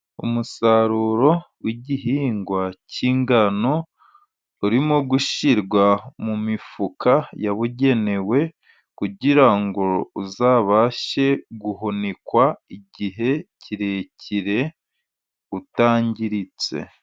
Umusaruro w'igihingwa k'ingano urimo gushyirwa mu mifuka yabugenewe, kugira ngo uzabashe guhunikwa igihe kirekire utangiritse.